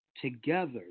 together